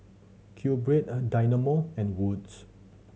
QBread Dynamo and Wood's